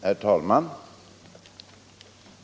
Herr talman!